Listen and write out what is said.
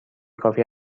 کافی